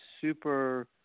super